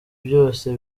byose